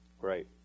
Great